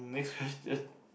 um next question